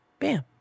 Bam